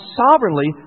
sovereignly